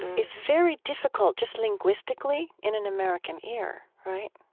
it's very difficult just linguistically in an american ear, right?